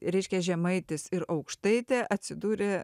reiškia žemaitis ir aukštaitė atsidūrė